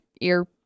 Ear